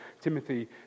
Timothy